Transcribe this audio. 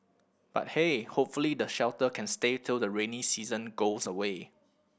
but hey hopefully the shelter can stay till the rainy season goes away